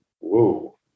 whoa